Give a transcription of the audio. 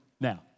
Now